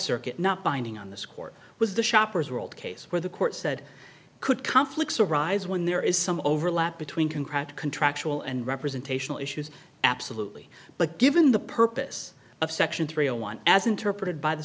circuit not binding on this court was the shopper's world case where the court said could conflicts arise when there is some overlap between contract contractual and representational issues absolutely but given the purpose of section three zero one as interpreted by the